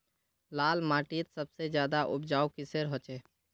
लाल माटित सबसे ज्यादा उपजाऊ किसेर होचए?